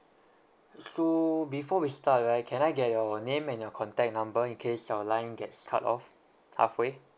so before we start right can I get your name and your contact number in case your line gets cut off halfway